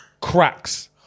cracks